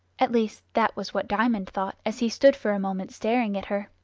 at least that was what diamond thought as he stood for a moment staring at her.